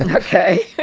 and okay.